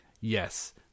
Yes